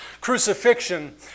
crucifixion